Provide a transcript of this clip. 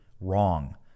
wrong